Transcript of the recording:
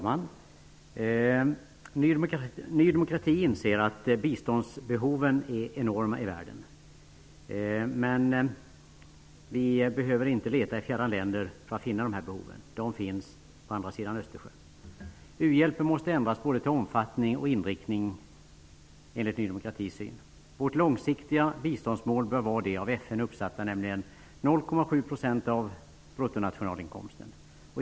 Herr talman! Ny demokrati inser att biståndsbehoven är enorma i världen. Men vi behöver inte leta i fjärran länder för att finna de här behoven. De finns på andra sidan Östersjön. U-hjälpen måste ändras både till omfattning och inriktning enligt Ny demokratis sätt att se. Vårt långsiktiga biståndsmål bör vara det av FN uppsatta, nämligen 0,7 % av bruttonationalinkomsten.